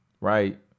right